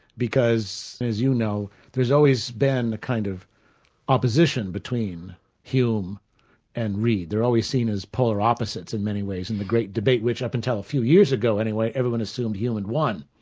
because as you know, there's always been a kind of opposition between hume and reid. they're always seen as polar opposites in many ways in the great debate, which up until a few years ago anyway, everyone assumed hume had and won.